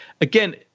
again